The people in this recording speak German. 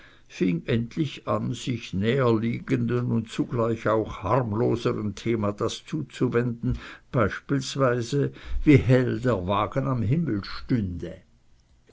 fing endlich an sich näherliegenden und zugleich auch harmloseren thematas zuzuwenden beispielsweise wie hell der wagen am himmel stünde